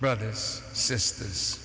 brothers sisters